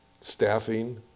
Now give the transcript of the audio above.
staffing